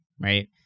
Right